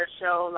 show